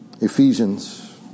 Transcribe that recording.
Ephesians